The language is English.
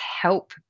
help